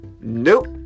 nope